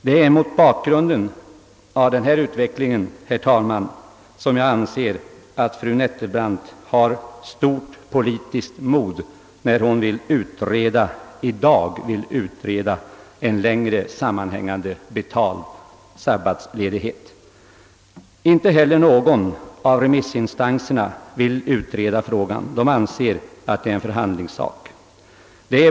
Det är mot den bakgrunden, herr talman, som jag anser att fru Nettelbrandt har stort politiskt mod när hon i dag föreslår en utredning om en längre sammanhängande betald ledighet, Ingen av remissinstanserna anser att denna fråga bör utredas; de anser att detta är en förhandlingsfråga.